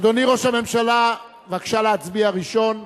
אדוני ראש הממשלה, בבקשה להצביע ראשון,